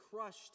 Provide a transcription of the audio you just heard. crushed